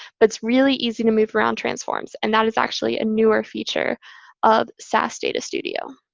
but really easy to move around transforms. and that is actually a newer feature of sas data studio.